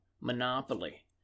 monopoly